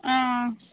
आं